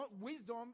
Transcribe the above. wisdom